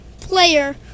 player